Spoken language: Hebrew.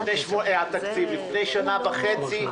לפני שנה וחצי,